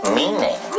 meaning